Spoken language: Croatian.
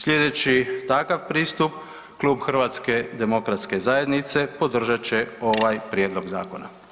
Slijedeći takav pristup Klub HDZ-a podržat će ovaj prijedlog zakona.